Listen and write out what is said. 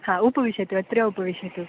हा उपविशतु अत्र उपविशतु